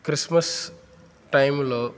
Christmas టైములో